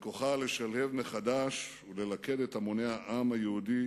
בכוחה לשלהב מחדש וללכד את המוני העם היהודי